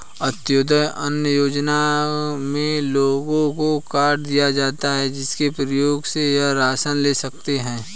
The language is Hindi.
अंत्योदय अन्न योजना में लोगों को कार्ड दिए जाता है, जिसके प्रयोग से वह राशन ले सकते है